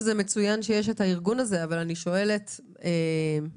זה מצוין שיש את הארגון הזה אבל אני שואלת שוב